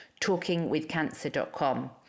talkingwithcancer.com